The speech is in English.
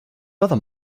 other